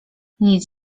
nic